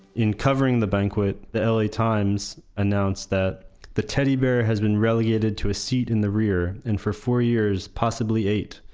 in covering the banquet, the la times announced that the teddy bear has been relegated to seat in the rear, and for four years, possibly eight,